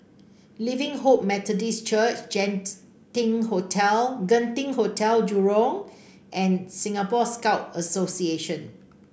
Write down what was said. Living Hope Methodist Church Hotel Genting Hotel Jurong and Singapore Scout Association